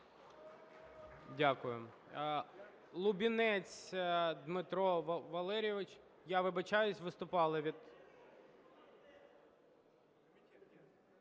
Дякую.